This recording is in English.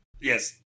yes